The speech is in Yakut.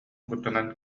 куттанан